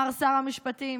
מר שר המשפטים?